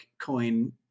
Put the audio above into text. coin